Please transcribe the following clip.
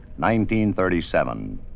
1937